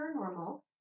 Paranormal